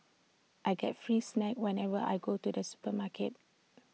I get free snacks whenever I go to the supermarket